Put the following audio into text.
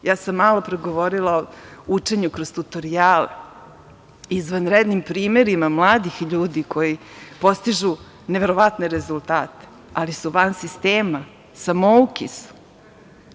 Malopre sam govorila o učenju kroz tutorijal izvanrednim primerima mladih ljudi koji postižu neverovatne rezultate, ali su van sistema, samouki su.